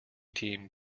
team